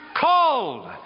called